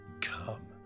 come